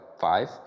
five